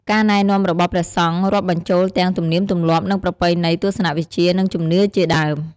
ការណែនាំរបស់ព្រះសង្ឃរាប់បញ្ចូលទាំង ទំនៀមទម្លាប់ និងប្រពៃណី ទស្សនៈវិជ្ជា និងជំនឿជាដើម។